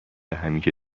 همیشه